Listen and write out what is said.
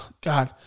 God